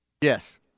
Yes